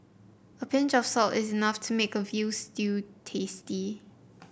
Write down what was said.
a pinch of salt is enough to make a veal stew tasty